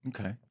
Okay